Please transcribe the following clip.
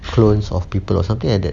clones of people or something like that